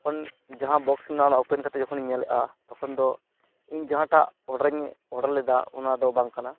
ᱛᱚᱠᱷᱚᱱ ᱡᱟᱦᱟᱸ ᱵᱚᱠᱥ ᱢᱮᱱᱟᱜᱼᱟ ᱚᱱᱟ ᱳᱯᱮᱱ ᱠᱟᱛᱮᱫᱤᱧ ᱧᱮᱞᱮᱫᱼᱟ ᱛᱚᱠᱷᱚᱱᱫᱚ ᱤᱧ ᱡᱟᱦᱟᱸᱴᱟᱜ ᱚᱰᱟᱨᱤᱧ ᱚᱰᱟᱨ ᱞᱮᱫᱟ ᱚᱱᱟᱫᱚ ᱵᱟᱝ ᱠᱟᱱᱟ